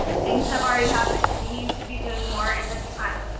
things have already happened. we need to be doing more in this time.